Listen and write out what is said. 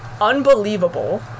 unbelievable